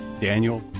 Daniel